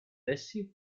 essi